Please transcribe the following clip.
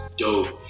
dope